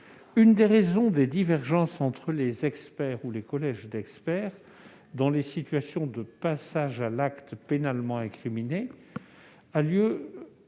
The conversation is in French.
L'une des raisons des divergences entre les experts ou les collèges d'experts, dans les situations où le passage à l'acte pénalement incriminé a eu